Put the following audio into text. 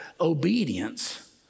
obedience